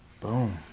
boom